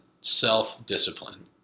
self-discipline